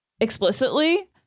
explicitly